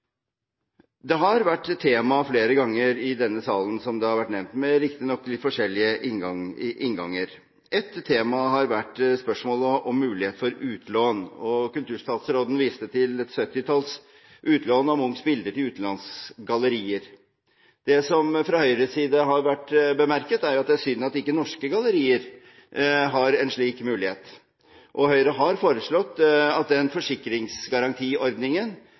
Dette har vært tema flere ganger i denne salen, som det har vært nevnt, men riktignok med litt forskjellige innganger. Et tema har vært spørsmålet om mulighet for utlån. Kulturstatsråden viste til et syttitalls utlån av Munchs bilder til utenlandske gallerier. Det har fra Høyres side vært bemerket at det er synd at ikke norske gallerier har en slik mulighet. Høyre har foreslått at den forsikringsgarantiordningen